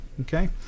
Okay